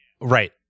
right